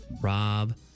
Rob